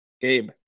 Gabe